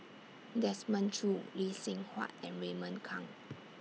Desmond Choo Lee Seng Huat and Raymond Kang